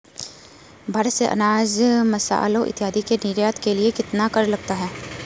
भारत से अनाज, मसालों इत्यादि के निर्यात के लिए कितना कर लगता होगा?